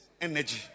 Energy